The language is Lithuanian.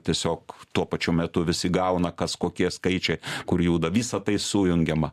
tiesiog tuo pačiu metu visi gauna kas kokie skaičiai kur juda visa tai sujungiama